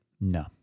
No